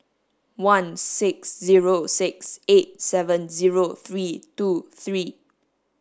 one six zero six eight seven zero three two three